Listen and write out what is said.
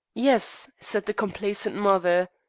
yes, said the complacent mother,